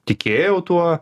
tikėjau tuo